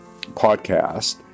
podcast